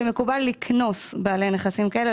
שבהן מקובל לקנוס בעלי נכסים כאלה,